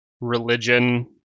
religion